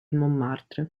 montmartre